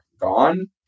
gone